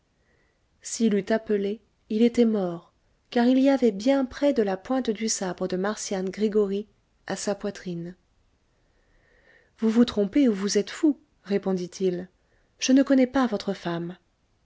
s'il eût appelé il était mort car il y avait bien près de la pointe du sabre de marcian gregoryi à sa poitrine vous vous trompez ou vous êtes fou répondit-il je ne connais pas votre femme